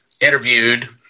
interviewed